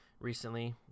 recently